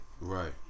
Right